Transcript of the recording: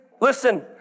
listen